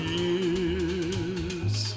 years